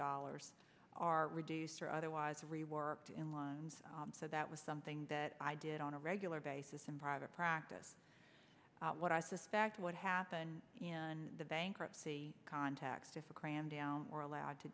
dollars are reduced or otherwise reworked in loans so that was something that i did on a regular basis in private practice what i suspect what happened in the bankruptcy context if a cramdown were allowed to